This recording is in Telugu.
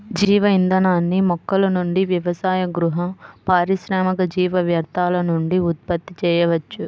జీవ ఇంధనాన్ని మొక్కల నుండి వ్యవసాయ, గృహ, పారిశ్రామిక జీవ వ్యర్థాల నుండి ఉత్పత్తి చేయవచ్చు